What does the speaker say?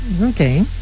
Okay